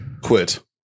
quit